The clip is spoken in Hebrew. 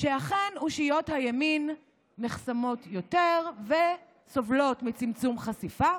שאכן אושיות הימין נחסמות יותר וסובלות מצמצום חשיפה,